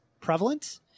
prevalent